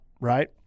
right